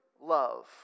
love